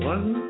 One